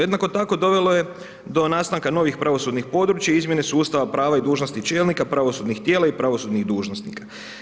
Jednako tako dovelo je do nastanka novih pravosudnih područja, izmjene su Ustava, prava i dužnosti čelnika, pravosudnih tijela i pravosudnih dužnosnika.